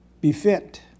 befit